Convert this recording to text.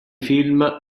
film